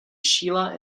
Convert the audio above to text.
sheila